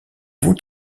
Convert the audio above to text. font